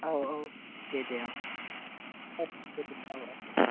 औ औ दे दे औ